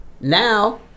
now